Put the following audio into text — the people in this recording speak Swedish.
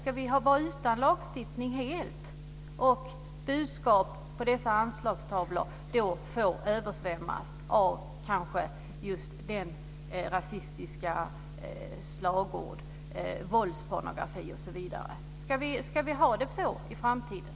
Ska vi helt vara utan lagstiftning och låta dessa anslagstavlor översvämmas av rasistiska slagord, våldspornografi osv.? Ska vi ha det så i framtiden?